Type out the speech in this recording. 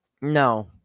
No